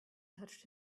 touched